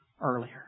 earlier